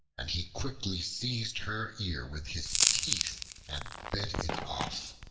and he quickly seized her ear with his teeth and bit it off.